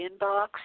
inbox